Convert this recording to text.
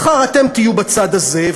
מחר אתם תהיו בצד הזה,